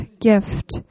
gift